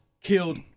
killed